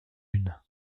lune